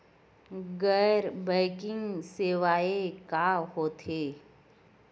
गैर बैंकिंग सेवाएं का होथे?